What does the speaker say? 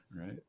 right